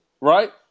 right